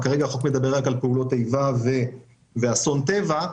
כרגע החוק מדבר רק על פעולת איבה ואסון טבע.